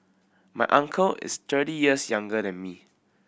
my uncle is thirty years younger than me